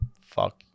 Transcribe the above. fuck